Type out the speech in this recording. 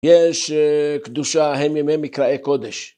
יש קדושה הם ימי מקראי קודש.